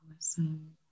awesome